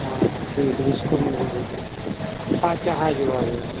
हाँ ठीक जिसको मन हो भेज देना हाँ चाहे जो आवै